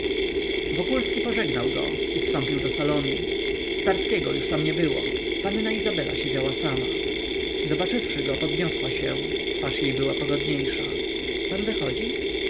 wokulski pożegnał go i wstąpił do salonu starskiego już tam nie było panna izabela siedziała sama zobaczywszy go podniosła się twarz jej była pogodniejsza pan wychodzi